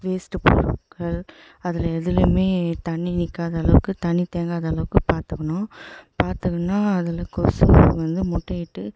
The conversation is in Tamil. வேஸ்ட்டு பொருட்கள் அதில் எதிலையுமே தண்ணி நிற்காத அளவுக்கு தண்ணி தேங்காத அளவுக்கு பார்த்துக்கணும் பார்த்துக்குன்னா அதில் கொசு வந்து முட்டையிட்டு